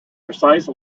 precise